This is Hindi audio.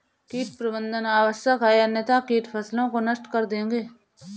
कीट प्रबंधन आवश्यक है अन्यथा कीट फसलों को नष्ट कर देंगे